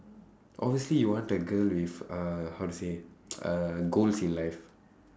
obviously you want a girl with uh how to say uh goals in life